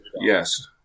Yes